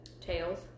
tails